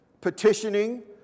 petitioning